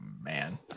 man